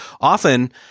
often